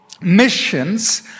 missions